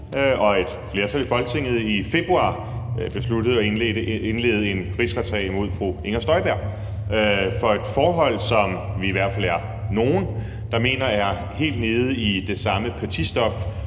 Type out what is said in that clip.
og et flertal i Folketinget i februar besluttede at indlede en rigsretssag mod fru Inger Støjberg for et forhold, som vi i hvert fald er nogle der mener er helt nede i det samme petitstof